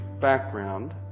background